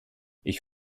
ich